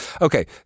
Okay